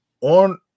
on